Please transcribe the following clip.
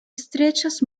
estrechos